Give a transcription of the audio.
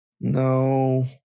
No